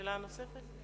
שאלה נוספת?